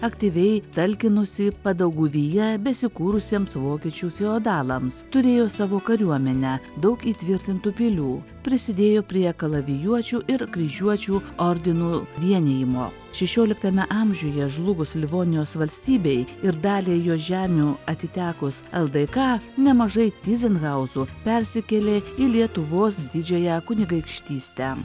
aktyviai talkinusi padauguvyje besikūrusiems vokiečių feodalams turėjo savo kariuomenę daug įtvirtintų pilių prisidėjo prie kalavijuočių ir kryžiuočių ordinų vienijimo šešioliktame amžiuje žlugus livonijos valstybei ir daliai jos žemių atitekus ldk nemažai tyzenhauzų persikėlė į lietuvos didžiąją kunigaikštystę